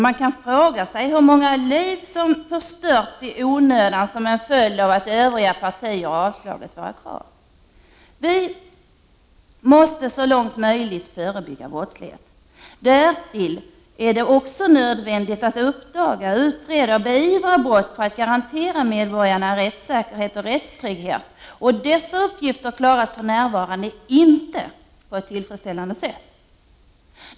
Man kan fråga sig hur många liv som förstörts i onödan till följd av att övriga partier har avslagit våra krav. Vi måste så långt möjligt förebygga brottslighet. Därtill är det också nödvändigt att uppdaga, utreda och beivra brott för att garantera medborgarna rättssäkerhet och rättstrygghet. Dessa uppgifter klaras för närvarande inte på ett tillfredsställande sätt.